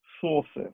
sources